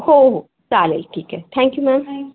हो हो चालेल ठीक आहे थँक्यू मॅम